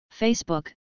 Facebook